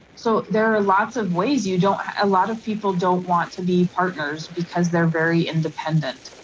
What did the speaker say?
so there are lots of ways you don't, a lot of people don't want to be partners because they're very independent.